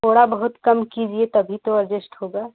थोड़ा बहुत कम कीजिए तभी तो अरजेस्ट होगा